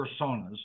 personas